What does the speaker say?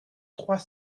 trois